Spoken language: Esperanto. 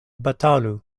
batalu